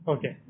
Okay